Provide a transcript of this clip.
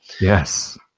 Yes